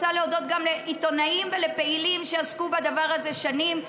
אני רוצה להודות גם עיתונאים ולפעילים שעסקו בדבר הזה שנים,